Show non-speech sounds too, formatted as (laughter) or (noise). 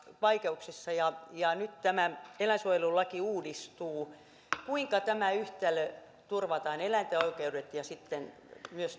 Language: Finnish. vaikeuksissa ja ja nyt tämä eläinsuojelulaki uudistuu kuinka tämä yhtälö turvataan eläinten oikeudet ja sitten myös (unintelligible)